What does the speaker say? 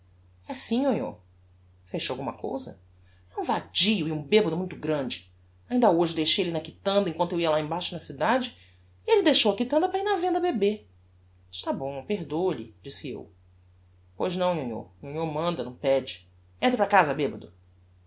fez te alguma cousa é um vadio e um bebado muito grande ainda hoje deixei elle na quitanda em quanto eu ia lá embaixo na cidade e elle deixou a quitanda para ir na venda beber está bom perdoa lhe disse eu pois não nhonhô nhonhô manda não pede entra para casa bebado